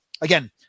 again